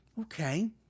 okay